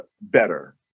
better